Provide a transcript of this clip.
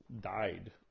died